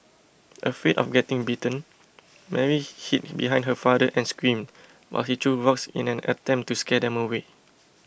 afraid of getting bitten Mary hid behind her father and screamed while he threw rocks in an attempt to scare them away